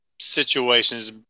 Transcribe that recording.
situations